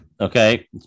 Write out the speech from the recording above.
Okay